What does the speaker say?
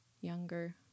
younger